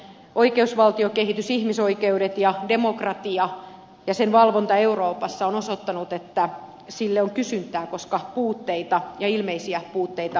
oikeusvaltiokehitys ihmisoikeudet ja demokratia ja niiden valvonta euroopassa ovat osoittaneet että sille on kysyntää koska puutteita ja ilmeisiä puutteita on